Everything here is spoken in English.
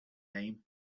name